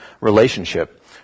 relationship